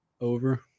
over